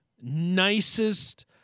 nicest